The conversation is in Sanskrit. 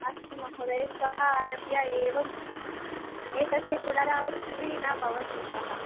अस्तु महोदया स्वः आरभ्य एवं एतस्य पुनरावृत्तिः न भवति श्वः